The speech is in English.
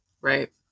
right